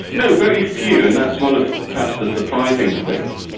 no, very few, and that's one of perhaps the surprising things.